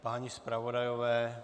Páni zpravodajové?